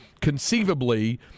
conceivably